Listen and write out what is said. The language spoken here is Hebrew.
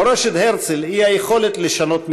מורשת הרצל היא היכולת לשנות מציאות,